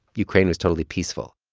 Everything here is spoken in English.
ukraine is totally peaceful.